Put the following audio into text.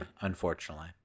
unfortunately